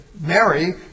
Mary